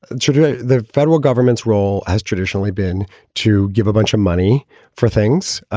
today, the federal government's role has traditionally been to give a bunch of money for things,